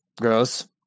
Gross